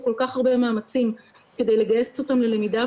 כל כך הרבה מאמצים כדי לגייס אותם ללמידה,